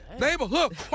Neighborhood